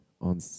on